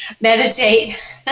meditate